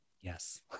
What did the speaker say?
Yes